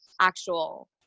actual